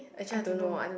I don't know